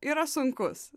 yra sunkus